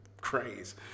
craze